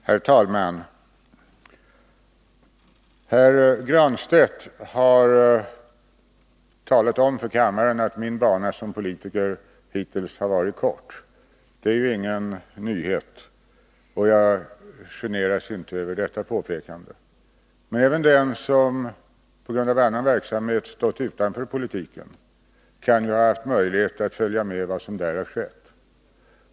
Herr talman! Herr Granstedt har talat om för kammaren att min bana som politiker ännu så länge är kort. Det är ingen nyhet, och jag generas inte av påpekandet. Men även den som på grund av annan verksamhet har stått utanför riksdagen kan ju ha haft möjligheter att följa med vad som där har skett.